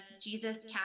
Jesus